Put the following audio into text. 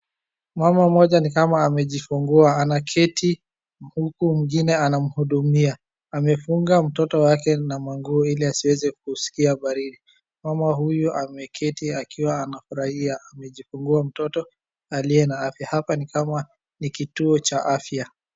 Mama mmoja ni kama amejifungua. Anaketi huku mwingine anamhudumia. Amefunga mtoto wake na manguo ili asiweze kuskia baridi. Mama huyu ameketi akiwa anafurahia amejifungua mtoto aliye na afya. Hapa ni kama ni kituo cha afya